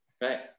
Right